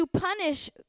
punish